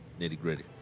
nitty-gritty